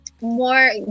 more